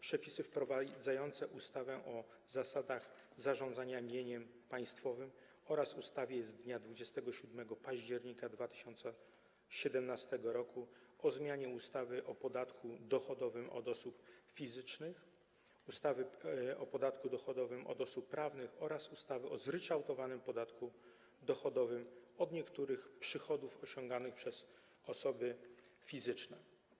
Przepisy wprowadzające ustawę o zasadach zarządzania mieniem państwowym oraz ustawie z dnia 27 października 2017 r. o zmianie ustawy o podatku dochodowym od osób fizycznych, ustawy o podatku dochodowym od osób prawnych oraz ustawy o zryczałtowanym podatku dochodowym od niektórych przychodów osiąganych przez osoby fizyczne.